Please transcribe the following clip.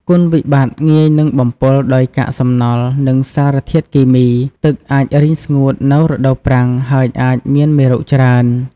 គុណវិបត្តិ ងាយនឹងបំពុលដោយកាកសំណល់ និងសារធាតុគីមី។ ទឹកអាចរីងស្ងួតនៅរដូវប្រាំង ហើយអាចមានមេរោគច្រើន។